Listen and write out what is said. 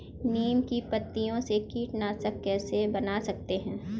नीम की पत्तियों से कीटनाशक कैसे बना सकते हैं?